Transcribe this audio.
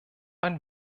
ein